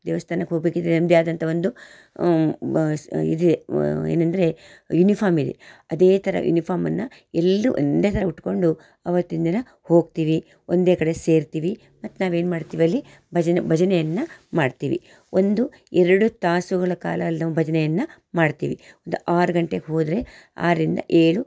ದೇವ್ಸ್ಥಾನಕ್ಕೆ ಹೋಗಬೇಕಿದ್ರೆ ನಮ್ಮದೇ ಆದಂಥ ಒಂದು ಇದಿದೆ ಏನಂದರೆ ಯೂನಿಫಾರ್ಮ್ ಇದೆ ಅದೇ ಥರ ಯೂನಿಫಾರ್ಮ್ ಅನ್ನು ಎಲ್ಲರೂ ಒಂದೇ ಥರ ಉಟ್ಟುಕೊಂಡು ಅವತ್ತಿನ ದಿನ ಹೋಗ್ತೀವಿ ಒಂದೇ ಕಡೆ ಸೇರ್ತೀವಿ ಮತ್ತು ನಾವು ಏನು ಮಾಡ್ತೀವಿ ಅಲ್ಲಿ ಭಜನೆ ಭಜನೆಯನ್ನು ಮಾಡ್ತೀವಿ ಒಂದು ಎರಡು ತಾಸುಗಳ ಕಾಲ ಅಲ್ಲಿ ನಾವು ಭಜನೆಯನ್ನು ಮಾಡ್ತೀವಿ ಒಂದು ಆರು ಗಂಟೆಗೆ ಹೋದರೆ ಆರರಿಂದ ಏಳು